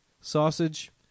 Sausage